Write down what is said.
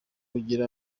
ugire